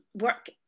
work